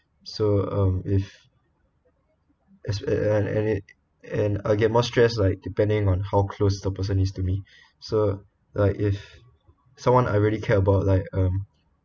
so um if if and and and it and I get more stress like depending on how close the person is to me so like if someone I really care about like um